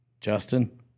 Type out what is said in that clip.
Justin